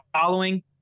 following